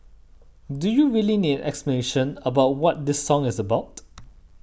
do you really need explanation about what this song is about